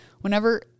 whenever